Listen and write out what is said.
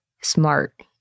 smart